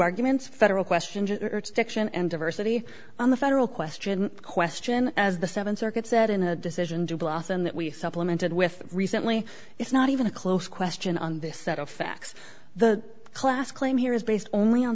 arguments federal questions stiction and diversity on the federal question question as the th circuit said in a decision to blossom that we supplemented with recently it's not even a close question on this set of facts the class claim here is based only on